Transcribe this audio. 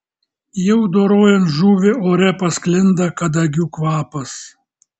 jau dorojant žuvį ore pasklinda kadagių kvapas